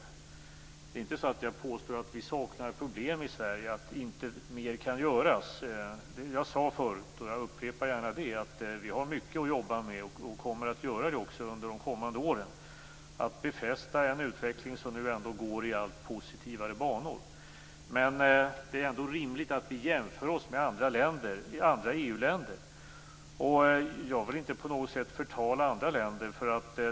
Det är inte så att jag påstår att vi saknar problem i Sverige och att vi inte kan göra mera. Jag sade förut och jag upprepar det gärna: Vi har mycket att jobba med och kommer också att jobba med det under de kommande åren. Vi skall befästa en utveckling som nu ändå går i allt positivare banor. Men det är ändå rimligt att vi jämför oss med andra EU-länder. Jag vill inte på något sätt förtala andra länder.